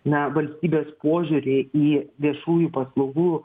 na valstybės požiūrį į viešųjų paslaugų